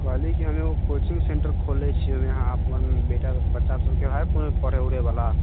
कहली की हम एगो कोचिङ्ग सेन्टर खोलले छी ओहिमे अहाँ अपन बेटा बच्चासबके हइ कोनो पढ़ै उढ़ैवला